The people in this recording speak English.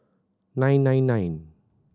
nine nine nine